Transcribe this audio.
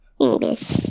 english